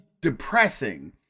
depressing